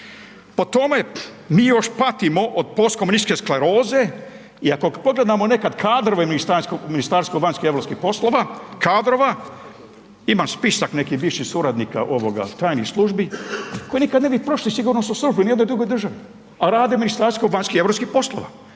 Po tome mi još patimo od postkomunističke skleroze i ako pogledamo nekad kadrove Ministarstva vanjskih i europskih poslova, kadrova, imam spisak nekih bivših suradnika ovoga tajnih službi koji nikad ne bi prošli sigurnosnu službu u ni jednoj drugoj državi, a rade u Ministarstvu vanjskih i europskih poslova.